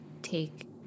take